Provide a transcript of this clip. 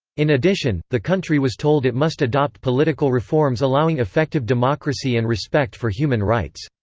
in addition, the country was told it must adopt political reforms allowing effective democracy and respect for human rights.